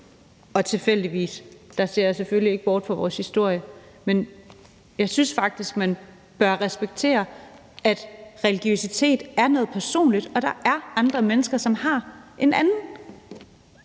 »tilfældigvis«, ser jeg selvfølgelig ikke bort fra vores historie. Men jeg synes faktisk, man bør respektere, at religiøsitet er noget personligt, og at der er andre mennesker, som har en anden